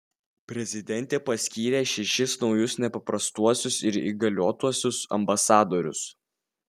prezidentė paskyrė šešis naujus nepaprastuosius ir įgaliotuosiuos ambasadorius